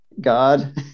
God